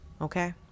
Okay